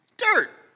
dirt